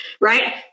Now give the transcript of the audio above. right